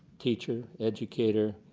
teacher, educator,